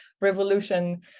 revolution